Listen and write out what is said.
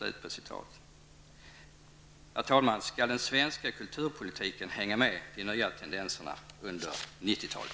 Herr talman! Skall den svenska kulturpolitiken hänga med i de nya tendenserna under 90-talet?